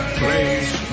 place